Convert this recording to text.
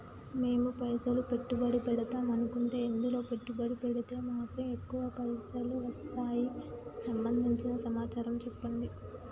మేము పైసలు పెట్టుబడి పెడదాం అనుకుంటే ఎందులో పెట్టుబడి పెడితే మాకు ఎక్కువ పైసలు వస్తాయి సంబంధించిన సమాచారం చెప్పండి?